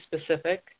specific